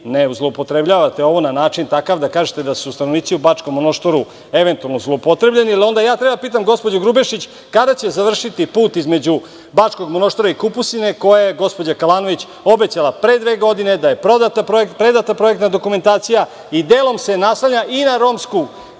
ne zloupotrebljavate ovo na takav način da kažete da su stanovnici u Bačkom Monoštoru eventualno zloupotrebljeni. Jel onda ja treba da pitam gospođu Grubješić kada će završiti put između Bačkog Monoštora i Kupusine koji je gospođa Kalanović obećala pre dve godine. Predata je projektna dokumentacija i delom se naslanja na romsku